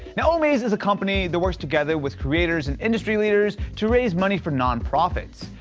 now omaze is a company that works together with creators and industry leaders to raise money for nonprofits.